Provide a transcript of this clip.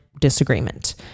disagreement